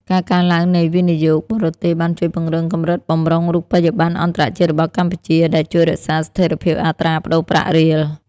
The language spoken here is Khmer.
ការកើនឡើងនៃវិនិយោគបរទេសបានជួយពង្រឹងកម្រិតបម្រុងរូបិយប័ណ្ណអន្តរជាតិរបស់កម្ពុជា ដែលជួយរក្សាស្ថិរភាពអត្រាប្តូរប្រាក់រៀល។